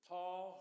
Paul